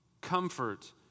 comfort